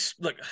look